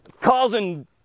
causing